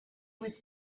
was